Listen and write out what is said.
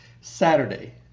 Saturday